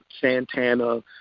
Santana